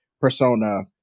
persona